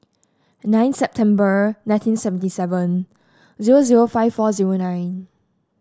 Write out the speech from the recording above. nine September nineteen seventy seven zero zero five four zero nine